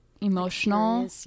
emotional